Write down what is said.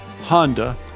Honda